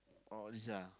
oh this ah